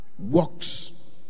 walks